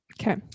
Okay